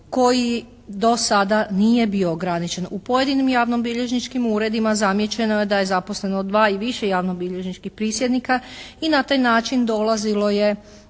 koji do sada nije bio ograničen. U pojedinim javno-bilježničkim uredima zamijećeno da je zaposleno dva i više javno-bilježničkih prisjednika i na taj način dolazilo je